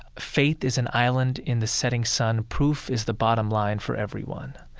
faith is an island in the setting sun, proof is the bottom line for everyone.